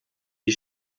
die